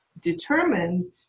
determined